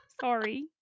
sorry